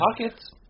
pockets